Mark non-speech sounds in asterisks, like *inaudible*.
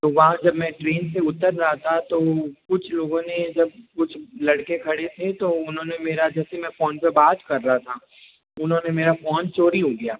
तो वहां जब मैं ट्रेन से उतर रहा था तो कुछ लोगों ने *unintelligible* कुछ लड़के खड़े थे तो उन्होंने मेरा जैसे मैं फ़ोन पे बात कर रहा था उन्होंने मेरा फ़ोन चोरी हो गया